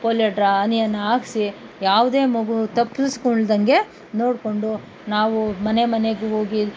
polio ಡ್ರಾ ಹನಿಯನ್ನು ಹಾಕಿಸಿ ಯಾವುದೇ ಮಗು ತಪ್ಪಿಸಿಕೊಳ್ದಂತೆ ನೋಡಿಕೊಂಡು ನಾವು ಮನೆ ಮನೆಗೆ ಹೋಗಿ